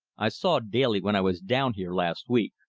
i saw daly when i was down here last week.